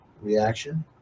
reaction